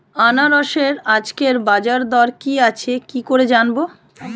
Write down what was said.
আনারসের আজকের বাজার দর কি আছে কি করে জানবো?